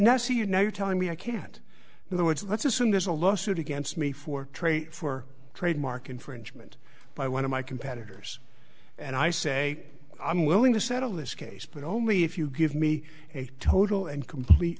here now you're telling me i can't do the words let's assume there's a lawsuit against me for trade for trademark infringement by one of my competitors and i say i'm willing to settle this case but only if you give me a total and complete